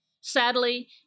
Sadly